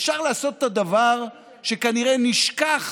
אפשר לעשות את הדבר שכנראה נשכח